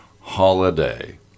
holiday